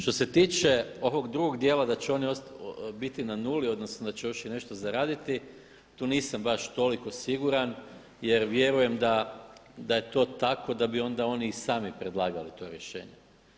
Što se tiče ovog drugog dijela da će oni biti na 0 odnosno da će još i nešto zaraditi tu nisam baš toliko siguran jer vjerujem da je to tako da bi onda oni i sami predlagali to rješenje.